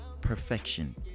Perfection